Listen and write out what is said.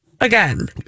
again